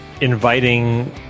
inviting